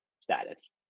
status